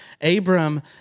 Abram